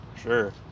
Sure